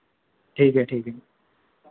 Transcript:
ठीक है ठीक है